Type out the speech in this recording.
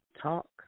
talk